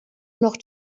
noch